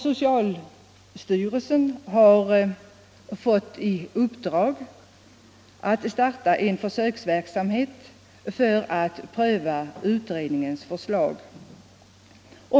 Socialstyrelsen har fått i uppdrag att starta en försöksverksamhet för att pröva utredningens förslag.